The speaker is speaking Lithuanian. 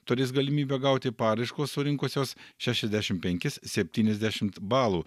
turės galimybę gauti paraiškos surinkusios šešiasdešim penkis septyniasdešimt balų